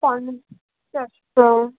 পঞ্চাশটা